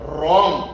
Wrong